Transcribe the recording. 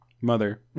Mother